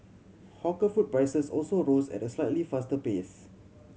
hawker food prices also rose at a slightly faster pace